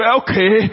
okay